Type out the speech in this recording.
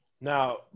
now